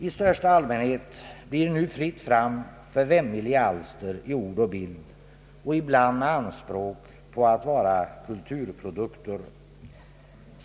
I största allmänhet blir det nu fritt fram för vämjeliga alster i ord och bild — ibland med anspråk på att vara kulturprodukter.